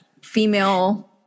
female